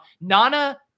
Nana